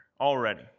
already